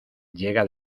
llega